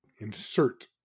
insert